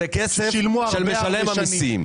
הוא כסף של משלם המסים.